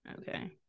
Okay